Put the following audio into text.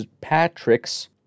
Patrick's